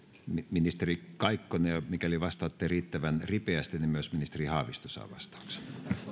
ministeri kaikkonen mikäli vastaatte riittävän ripeästi niin myös ministeri haavisto saa vastauksen